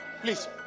Please